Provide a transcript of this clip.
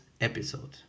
episode